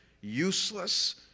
useless